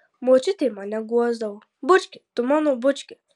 močiutė mane guosdavo bučki tu mano bučki